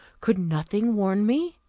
could nothing warn me?